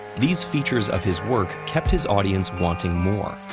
these features of his work kept his audience wanting more.